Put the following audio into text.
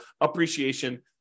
appreciation